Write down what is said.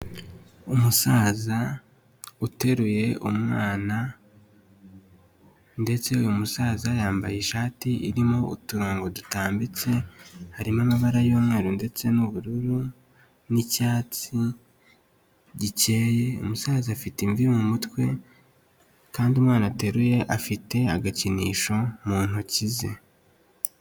Umusaza uteruye umwana ndetse uyu musaza yambaye ishati irimo uturongo dutambitse, harimo amara y'umweru ndetse n'ubururu n'icyatsi gikeye, umusaza afite imvi mu mutwe kandi umwana ateruye afite agakinisho mu ntoki ze.